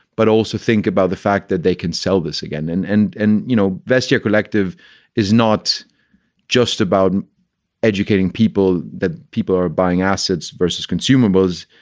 but also think about the fact that they can sell this again. and and and, you know, vest, your collective is not just about educating people, that people are buying assets versus consumables.